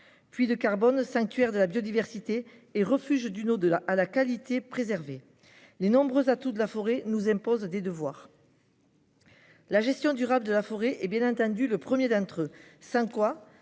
puits de carbone, sanctuaire de la biodiversité et refuge d'une eau à la qualité préservée ... Les nombreux atouts de la forêt nous imposent des devoirs. La gestion durable de la forêt est, bien entendu, le premier d'entre eux, sans quoi